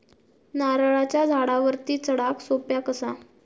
नारळाच्या झाडावरती चडाक सोप्या कसा?